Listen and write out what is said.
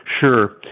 Sure